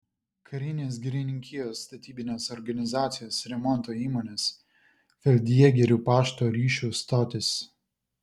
karinės girininkijos statybinės organizacijos remonto įmonės feldjėgerių pašto ryšių stotys